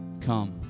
come